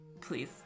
please